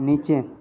नीचे